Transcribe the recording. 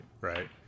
right